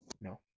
no